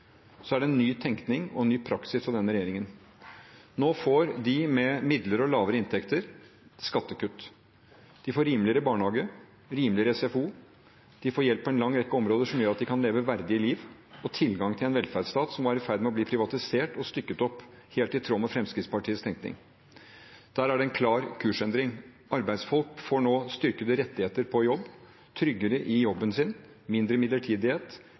er det en ny tenkning og en ny praksis fra denne regjeringen. Nå får de med midlere og lavere inntekter skattekutt. De får rimeligere barnehage, rimeligere SFO, de får hjelp på en lang rekke områder som gjør at de kan leve et verdig liv, og ha tilgang til en velferdsstat som var i ferd med å bli privatisert og stykket opp – helt i tråd med Fremskrittspartiets tenkning. Der er det en klar kursendring. Arbeidsfolk får nå styrkede rettigheter på jobb, mer trygghet i jobben sin, mindre midlertidighet